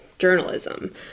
journalism